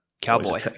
cowboy